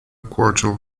quarter